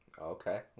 Okay